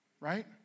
right